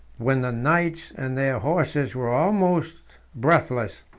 when the knights and their horses were almost breathless,